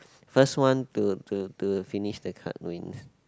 first one to to to finish the card win